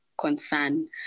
concern